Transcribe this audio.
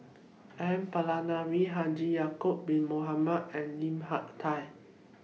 N Palanivelu Haji Ya'Acob Bin Mohamed and Lim Hak Tai